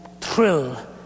thrill